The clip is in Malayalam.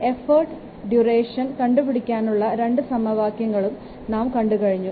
എഫൊർട്ടും ഡ്യൂറേഷനും കണ്ടുപിടിക്കാനുള്ള 2 സമവാക്യങ്ങളും നാം കണ്ടു കഴിഞ്ഞു